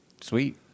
Sweet